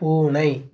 பூனை